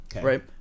right